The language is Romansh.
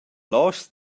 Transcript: loschs